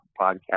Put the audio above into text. podcast